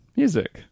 music